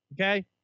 okay